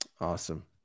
awesome